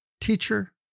Teacher